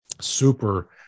super